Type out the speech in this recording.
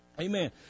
Amen